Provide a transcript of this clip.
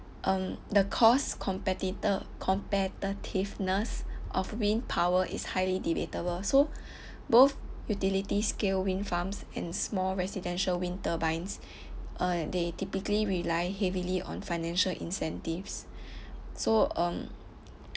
um the cost competiti~ competitiveness of wind power is highly debatable so both utility scale wind farms and small residential wind turbines uh they typically rely heavily on financial incentives so um